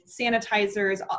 sanitizers